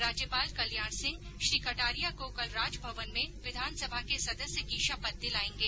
राज्यपाल कल्याण सिंह श्री कटारिया को कल राजभवन में विधानसभा के सदस्य की शपथ दिलायेंगे